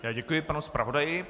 Já děkuji panu zpravodaji.